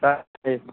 ꯇꯥꯏꯌꯦ